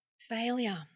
failure